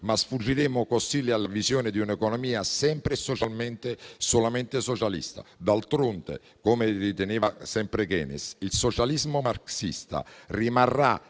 ma sfuggiremo alla visione di un'economia sempre e solamente socialista. D'altronde, come riteneva sempre Keynes: «Il socialismo marxista deve